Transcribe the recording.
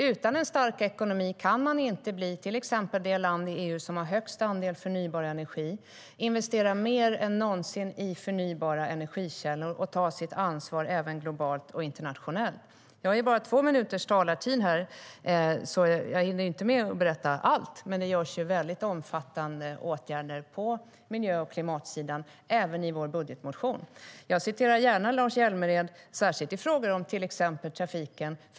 Utan en stark ekonomi kan man inte bli till exempel det land i EU som har högst andel förnybar energi, det land som investerar mer än någonsin i förnybara energikällor och det land som tar sitt ansvar även globalt och internationellt. Jag har bara två minuters talartid, så jag hinner inte med att berätta allt. Men det vidtas omfattande åtgärder på miljö och klimatsidan även i vår budgetmotion. Jag citerar gärna Lars Hjälmered, särskilt i frågor om till exempel trafiken.